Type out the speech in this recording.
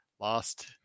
lost